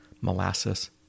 molasses